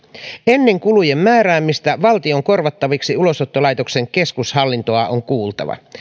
ennen kulujen määräämistä valtion korvattaviksi ulosottolaitoksen keskushallintoa on kuultava